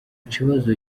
kibazo